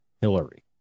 Hillary